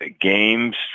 games